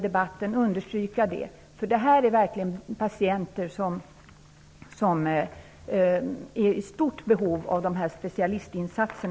Det gäller här patienter som är i stort behov av specialistinsatser.